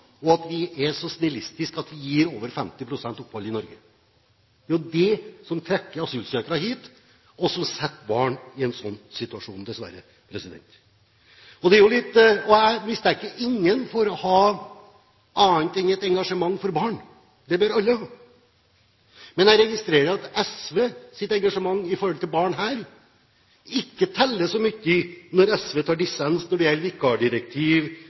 og at vi er så snillistiske at vi gir over 50 pst. opphold i Norge. Det er det som trekker asylsøkere hit, og som setter barn i en slik situasjon, dessverre. Jeg mistenker ingen for å ha noe annet enn et engasjement for barn, det bør alle ha. Men jeg registrerer at SVs engasjement for barn her ikke teller så mye, når SV tar dissens på vikarbyrådirektiv, datalagringsdirektiv, postdirektiv og omdeling av brev under 50 gram f.eks. Da tar man dissens, men det